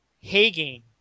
Hagen